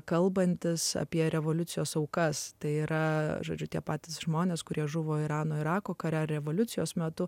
kalbantis apie revoliucijos aukas tai yra žodžiu tie patys žmonės kurie žuvo irano irako kare revoliucijos metu